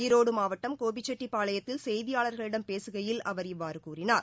ஈரோடு மாவட்டம் கோபிச்செட்டி பாளையத்தில் செய்தியாளர்களிடம் பேசுகையில் அவர் இவ்வாறு கூறினார்